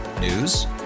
News